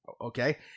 okay